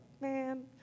man